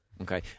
Okay